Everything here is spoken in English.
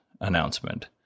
announcement